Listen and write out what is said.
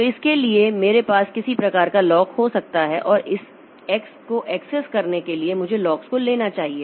तो इसके लिए मेरे पास किसी प्रकार का लॉक हो सकता है और इस x को एक्सेस करने के लिए मुझे लॉक्स को लेना चाहिए